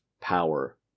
power